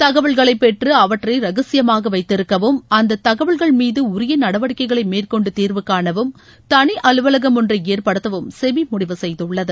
தகவல்களை பெற்று அவற்றை ரகசியமாக வைத்திருக்கவும் அந்த தகவல்கள் மீது உரிய நடவடிக்கைகளை மேற்கொண்டு தீர்வுகாணவும் தனி அலுவலகம் ஒன்றை ஏற்படுத்தவும் செபி முடிவு செய்துள்ளது